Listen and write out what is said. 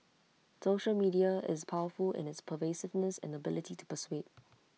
social media is powerful in its pervasiveness and ability to persuade